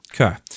Okay